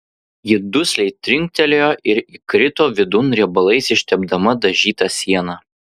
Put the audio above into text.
ji dusliai trinktelėjo ir įkrito vidun riebalais ištepdama dažytą sieną